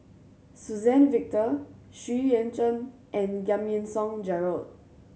Suzann Victor Xu Yuan Zhen and Giam Yean Song Gerald